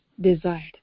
desired